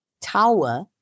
tower